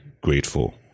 grateful